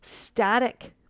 static